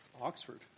Oxford